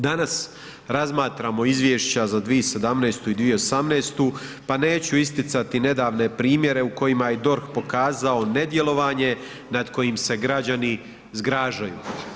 Danas razmatramo izvješća za 2017. i 2018. pa neću isticati nedavne primjere u kojima je DORH pokazao nedjelovanje nad kojim se građani zgražaju.